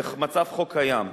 מצב חוק קיים,